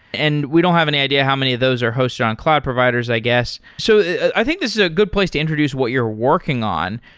and we don't have any idea how many of those are hosted on cloud providers, i guess. so i think this is a good place to introduce what you're working on,